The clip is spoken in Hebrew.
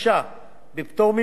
כגון פיצויי פיטורין,